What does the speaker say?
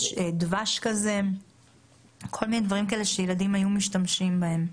דבש או כל מיני צורות שילדים היו משתמשים בהם.